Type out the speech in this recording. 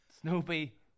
Snoopy